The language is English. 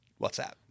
WhatsApp